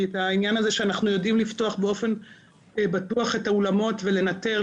כי את העניין הזה שאנחנו יודעים לפתוח באופן בטוח באולמות ולנטר,